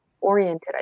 oriented